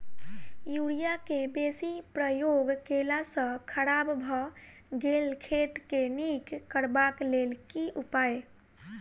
Urea केँ बेसी प्रयोग केला सऽ खराब भऽ गेल खेत केँ नीक करबाक लेल की उपाय?